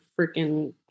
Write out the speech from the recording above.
freaking